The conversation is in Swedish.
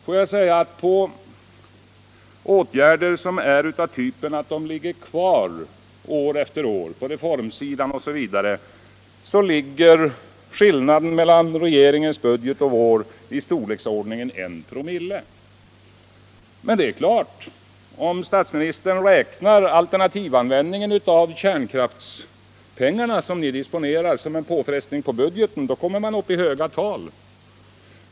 I fråga om åtgärder på reformsidan, som är av det slaget att de blir bestående år efter år, så ligger skillnaden mellan regeringens budget och vår i storleksordningen 1”. Det är klart att om statsministern räknar alternativanvändningen av kärnkraftspengarna som en påfrestning på budgeten, då kommer man upp i höga tal.